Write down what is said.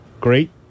great